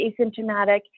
asymptomatic